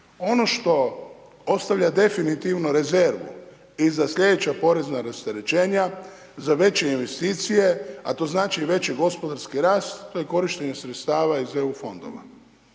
Ono što ostavlja definitivno rezervu i za sljedeća porezna rasterećenja, za veće investicije, a to znači i veći gospodarski rast, to je korištenje sredstava iz EU fondova.